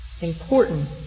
important